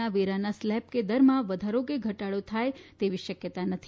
ના વેરાના સ્લેબ કે દરમાં વધારો કે ઘટાડો થાયે તેવી શક્યતા નથી